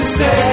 Stay